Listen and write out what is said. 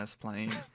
playing